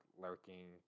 lurking